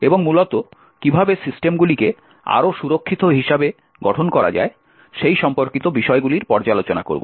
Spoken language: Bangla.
এবং মূলত কীভাবে সিস্টেমগুলিকে আরও সুরক্ষিত হিসাবে গঠন করা যায় সেই সম্পর্কিত বিষয়গুলির পর্যালোচনা করব